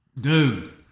Dude